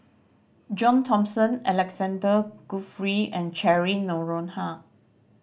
John Thomson Alexander Guthrie and Cheryl Noronha